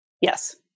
Yes